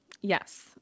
Yes